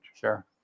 Sure